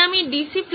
তাই আমি DC DC